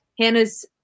Hannah's